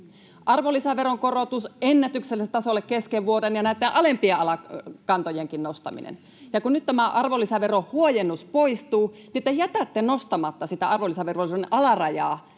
arvonlisäveron korotus ennätykselliselle tasolle kesken vuoden ja näitten alempien kantojenkin nostaminen. Ja kun nyt tämä arvonlisäverohuojennus poistuu, niin te jätätte nostamatta sitä arvonlisäverovelvollisuuden